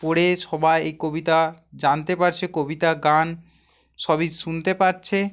পড়ে সবাই এই কবিতা জানতে পারছে কবিতা গান সবই শুনতে পাচ্ছে